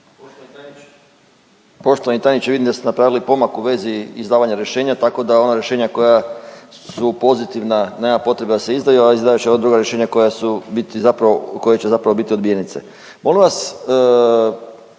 Poštovani tajniče vidim da ste napravili pomak u vezi izdavanja rješenja, tako da ona rješenja koja su pozitivna nema potrebe da se izdaju, a izdavajući ova druga rješenja koja su biti zapravo,